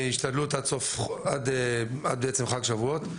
בהשתדלות עד חג השבועות.